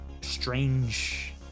strange